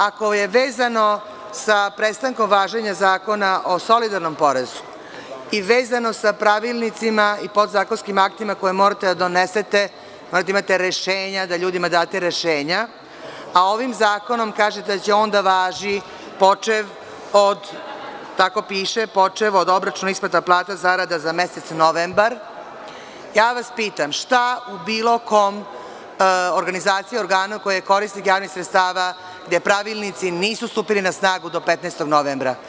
Ako je vezano za prestankom važenja Zakona o solidarnom porezu i vezano sa pravilnicima i podzakonskim aktima koje morate da donesete, morate da imate rešenja i da ljudima date rešenja, pa ovim zakonom kažete da će on da važi počev od obračuna isplata plata, zarada za mesec novembar, ja vas pitam – šta u bilo kom organizaciji, organu, koji je korisnik javnih sredstava, gde pravilnici nisu stupili na snagu do 15. novembra?